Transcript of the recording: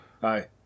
Hi